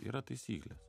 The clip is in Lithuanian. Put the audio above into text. yra taisyklės